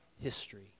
history